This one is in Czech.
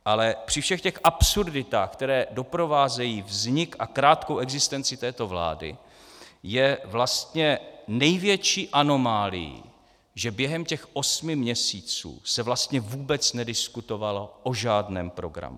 Ale při všech těch absurditách, které doprovázejí vznik a krátkou existenci této vlády, je vlastně největší anomálií, že během těch osmi měsíců se vlastně vůbec nediskutovalo o žádném programu.